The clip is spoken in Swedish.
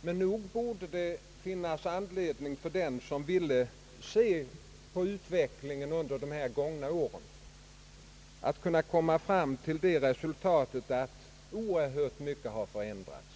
men nog borde det finnas skäl för dem som vill studera utvecklingen under de gångna åren att komma fram till resultatet att oerhört mycket har förändrats.